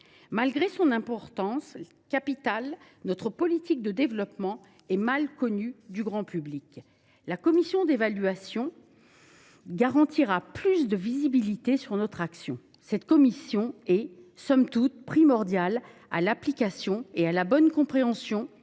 Malgré son importance capitale, notre politique de développement est mal connue du grand public. La commission d’évaluation garantira plus de visibilité à notre action. Cette commission est, somme toute, absolument nécessaire à la mise en œuvre et à la bonne compréhension